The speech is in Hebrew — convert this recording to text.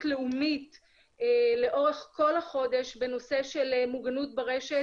לאומית לאורך כל החודש בנושא של מוגנות ברשת,